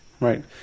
Right